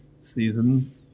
season